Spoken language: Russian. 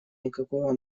никакого